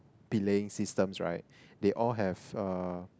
belaying systems right they all have uh